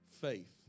faith